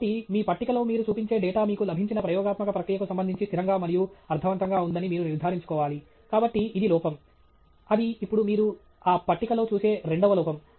కాబట్టి మీ పట్టికలో మీరు చూపించే డేటా మీకు లభించిన ప్రయోగాత్మక ప్రక్రియకు సంబంధించి స్థిరంగా మరియు అర్థవంతంగా ఉందని మీరు నిర్ధారించుకోవాలి కాబట్టి ఇది లోపం అది ఇప్పుడు మీరు ఆ పట్టికలో చూసే రెండవ లోపం